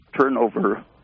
turnover